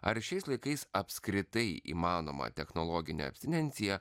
ar šiais laikais apskritai įmanoma technologinė abstinencija